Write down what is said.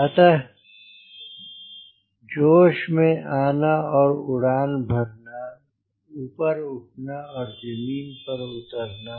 अतः जोश में आना और उड़ान भरना ऊपर उठना और जमीन पर उतरना